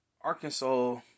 Arkansas